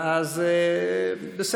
אנחנו